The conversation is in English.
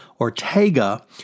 Ortega